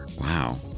Wow